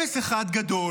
אפס אחד גדול.